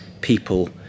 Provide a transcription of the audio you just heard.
people